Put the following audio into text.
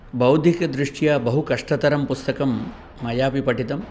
बौद्धिकदृष्ट्या बहुकष्टतरं पुस्तकं मयापि पठितं